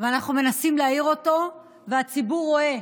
ואנחנו מנסים להאיר אותו, והציבור רואה,